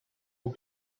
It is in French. aux